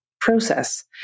process